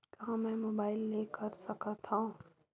का मै मोबाइल ले कर सकत हव?